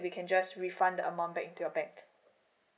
we can just refund the amount back to your bank